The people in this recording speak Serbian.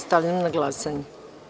Stavljam na glasanje.